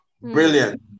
brilliant